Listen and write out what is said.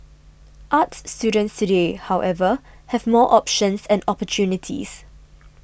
arts students today however have more options and opportunities